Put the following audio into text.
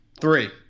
Three